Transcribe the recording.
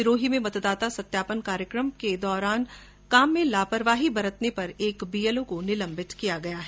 सिरोही में मतदाता सत्यापन कार्यक्रम के काम में लापरवाही बरतने पर एक बीएलओ निलम्बित किया गया है